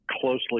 closely